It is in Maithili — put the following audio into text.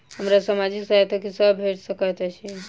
हमरा सामाजिक सहायता की सब भेट सकैत अछि?